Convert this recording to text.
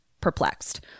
perplexed